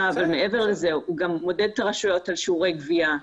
ומעבר לזה הוא גם מודד את הרשויות על שיעורי גבייה.